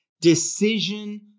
decision